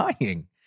dying